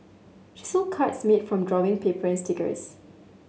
she sold cards made from drawing paper and stickers